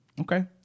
okay